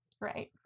Right